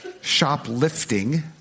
Shoplifting